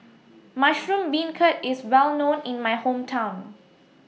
Mushroom Beancurd IS Well known in My Hometown